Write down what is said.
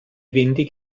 windig